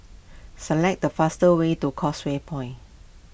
select the faster way to Causeway Point